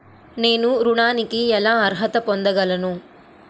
నేను ఋణానికి ఎలా అర్హత పొందగలను?